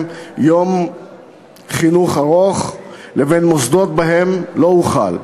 יום חינוך ארוך לבין מוסדות שבהם הוא לא הוחל.